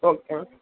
okay ma'am